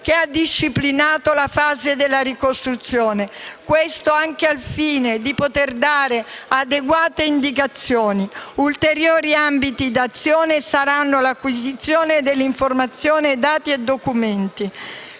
che ha disciplinato la fase della ricostruzione. Questo anche al fine di poter dare adeguate indicazioni. Un ulteriore ambito d'azione riguarderà l'acquisizione delle informazioni, dei dati e dei documenti.